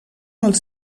els